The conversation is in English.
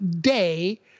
day